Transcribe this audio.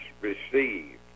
receive